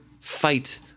fight